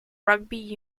rugby